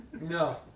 No